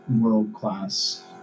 world-class